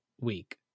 week